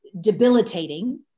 debilitating